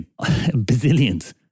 bazillions